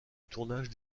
tournage